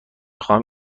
خواهم